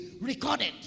recorded